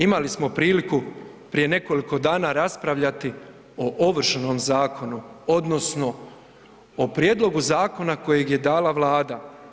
Imali smo priliku prije nekoliko dana raspravljati o Ovršnom zakonu, odnosno o prijedlogu zakona kojeg je dala Vlada.